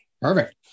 perfect